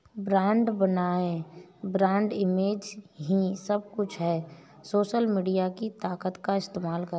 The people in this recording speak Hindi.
ब्रांड बनाएं, ब्रांड इमेज ही सब कुछ है, सोशल मीडिया की ताकत का इस्तेमाल करें